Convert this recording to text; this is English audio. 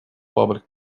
public